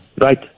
Right